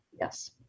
Yes